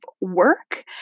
work